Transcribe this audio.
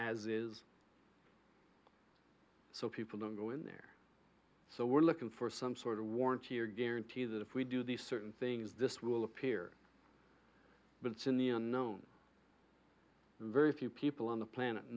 as is so people don't go in there so we're looking for some sort of warranty or guarantee that if we do these certain things this will appear but it's in the unknown very few people on the planet